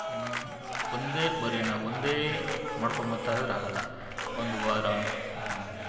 ಇನ್ನು ಒಂದೇ ಬರಿ ನಾವು ಒಂದೇ ಮಾಡ್ಕೊಬರ್ತಾಯಿದ್ದರೆ ಆಗಲ್ಲ ಒಂದು ವಾರ